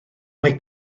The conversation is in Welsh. mae